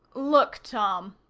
look, tom,